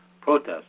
protests